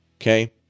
Okay